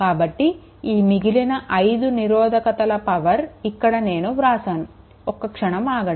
కాబట్టి ఈ మిగిలిన 5Ω నిరోధకతల పవర్ ఇక్కడ నేను వ్రాసాను ఒక్క క్షణం ఆగండి